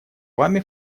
вами